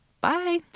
bye